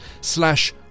slash